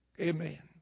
Amen